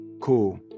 Cool